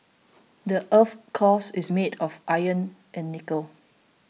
the earth's core is made of iron and nickel